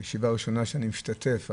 זו ישיבה ראשונה שאני משתתף בה,